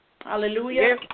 Hallelujah